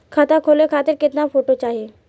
खाता खोले खातिर केतना फोटो चाहीं?